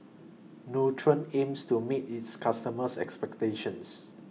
Nutren aims to meet its customers' expectations